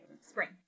Spring